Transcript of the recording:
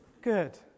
Good